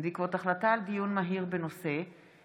בעקבות דיון מהיר בהצעתם של חברי הכנסת רם בן ברק ויוסף ג'בארין בנושא: